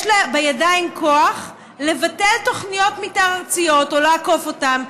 יש לה בידיים כוח לבטל תוכניות מתאר ארציות או לעקוף אותן,